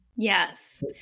Yes